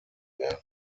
werden